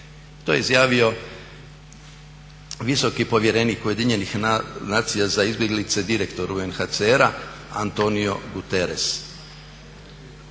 To je izjavio visoki povjerenik UN-a za izbjeglice, direktor UNHCR-a Antonio Guterres.